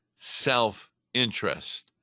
self-interest